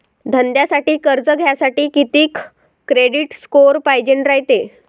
धंद्यासाठी कर्ज घ्यासाठी कितीक क्रेडिट स्कोर पायजेन रायते?